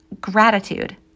gratitude